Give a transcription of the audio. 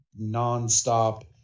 nonstop